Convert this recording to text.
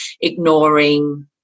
ignoring